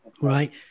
right